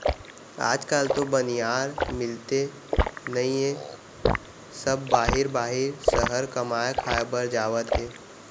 आज काल तो बनिहार मिलते नइए सब बाहिर बाहिर सहर कमाए खाए बर जावत हें